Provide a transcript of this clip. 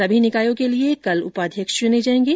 सभी निकायों के लिए कल उपाध्यक्ष चुने जाएंगे